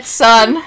son